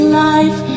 life